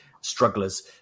strugglers